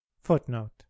Footnote